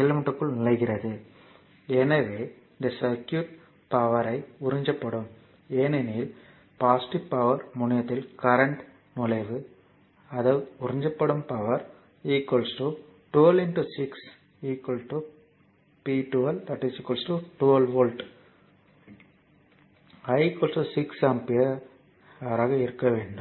எலிமெண்ட்க்குள் நுழைகிறது எனவே இந்த சர்க்யூட் பவர் ஐ உறிஞ்சிவிடும் ஏனெனில் பாசிட்டிவ் முனையத்தில் கரண்ட் நுழைவு அதாவது உறிஞ்சப்படும் power 12 6 P 2 12 volt I 6 ampere இருக்க வேண்டும்